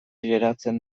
geratzen